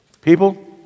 People